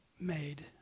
made